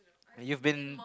you've been